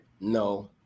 No